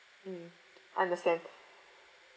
mm understand